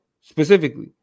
specifically